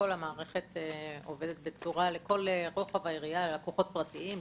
שהמערכת עובדת לכל רוחב היריעה - לקוחות פרטיים,